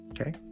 Okay